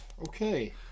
Okay